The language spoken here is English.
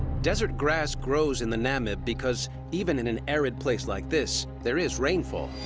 desert grass grows in the namib because, even in an arid place like this, there is rainfall.